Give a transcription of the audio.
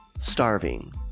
Starving